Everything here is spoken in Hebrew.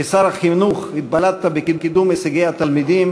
כשר החינוך התבלטת בקידום הישגי התלמידים